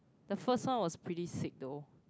the first one was pretty sick though